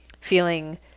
feeling